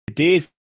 Today's